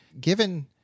given